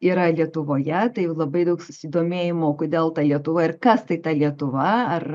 yra lietuvoje tai jau labai daug susidomėjimo kodėl ta lietuva ir kas tai ta lietuva ar